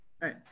right